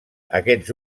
aquests